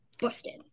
Busted